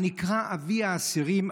הנקרא אבי האסירים,